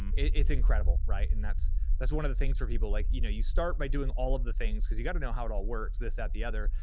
um it's incredible, right? and that's that's one of the things for people. like you know you start by doing all of the things cause you gotta know how it all works. this, that, and the other.